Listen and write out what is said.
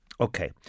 Okay